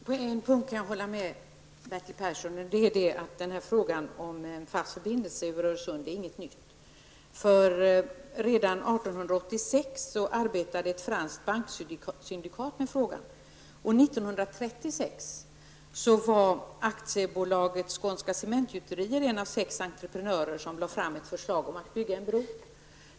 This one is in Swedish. Herr talman! På en punkt kan jag hålla med Bertil Persson, nämligen när det gäller frågan om att en fast förbindelse över Öresund inte är något nytt. Redan 1886 arbetade ett franskt banksyndikat med frågan. Och 1936 var AB Skånska Cementgjuteriet en av sex entreprenörer som lade fram ett förslag om att bygga en bro.